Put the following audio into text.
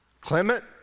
Clement